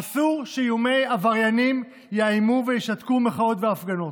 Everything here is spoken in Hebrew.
אסור שאיומי עבריינים יאיימו וישתקו מחאות והפגנות.